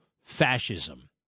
fascism